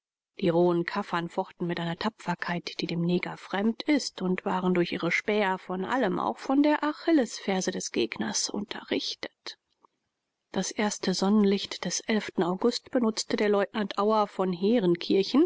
die rohen kaffern fochten mit einer tapferkeit die dem neger fremd ist und waren durch ihre späher von allem auch von der achillesferse des gegners unterrichtet das erste sonnenlicht des august benutzte der leutnant auer von